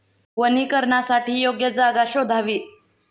वनीकरणासाठी योग्य जागा शोधावी